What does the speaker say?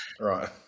Right